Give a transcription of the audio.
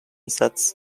sets